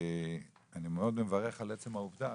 אני מאוד מברך על עצם העובדה,